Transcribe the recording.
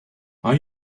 are